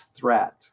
threat